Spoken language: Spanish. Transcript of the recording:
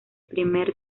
primer